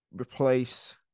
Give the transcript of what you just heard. replace